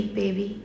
baby